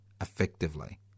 effectively